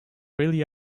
really